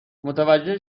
متوجه